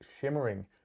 shimmering